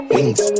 Wings